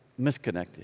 misconnected